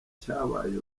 icyabaye